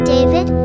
David